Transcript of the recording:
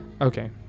Okay